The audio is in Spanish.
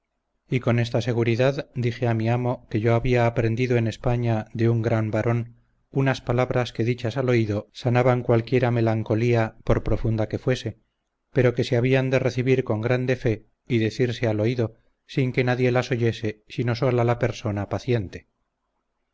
y con esta seguridad dije a mi amo que yo había aprendido en españa de un gran varón unas palabras que dichas al oído sanaban cualquiera melancolía por profunda que fuese pero que se habían de recibir con grande fe y decirse al oído sin que nadie las oyese sino sola la persona paciente